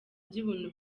by’ubuntu